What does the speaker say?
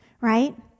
right